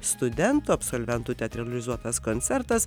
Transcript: studento absolventų teatralizuotas koncertas